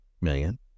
million